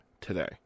today